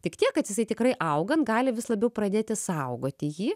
tik tiek kad jisai tikrai augant gali vis labiau pradėti saugoti jį